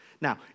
Now